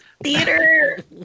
Theater